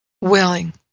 willing